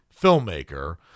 filmmaker